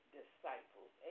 disciples